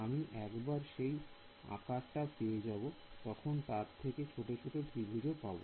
আমি একবার যেই আকার টা পেয়ে যাব তখন তার থেকে ছোট ছোট ত্রিভুজ ও পাবো